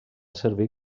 servir